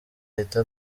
ahita